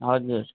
हजुर